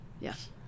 Yes